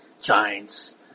Giants